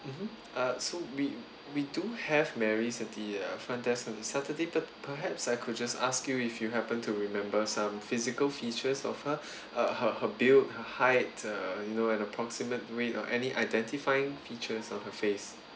mmhmm uh so we we do have mary at the uh front desk staff on the saturday but perhaps I could just ask you if you happen to remember some physical features of her uh her her build her height uh you know or approximate weight or any identifying features on her face